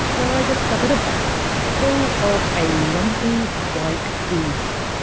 where i discovered a bag full of a lumpy white ooze.